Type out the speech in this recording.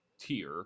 tier